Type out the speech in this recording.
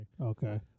Okay